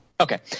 Okay